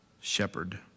shepherd